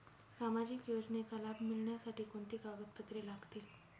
सामाजिक योजनेचा लाभ मिळण्यासाठी कोणती कागदपत्रे लागतील?